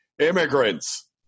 immigrants